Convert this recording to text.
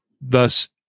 thus